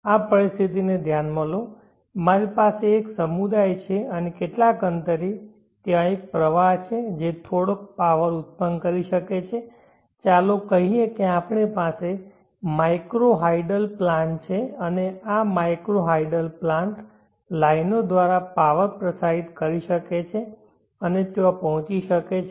આ પરિસ્થિતિને ધ્યાનમાં લો મારી પાસે એક સમુદાય છે અને કેટલાક અંતરે ત્યાં એક પ્રવાહ છે જે થોડોક પાવર ઉત્પન્ન કરી શકે છે ચાલો કહીએ કે આપણી પાસે માઇક્રો હાઇડલ પ્લાન્ટ છે અને આ માઇક્રો હાઇડલ પ્લાન્ટ લાઇનો દ્વારા પાવર પ્રસારિત કરી શકે છે અને ત્યાં પહોંચી શકે છે